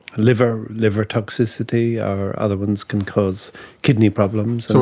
liver liver toxicity or other ones can cause kidney problems. so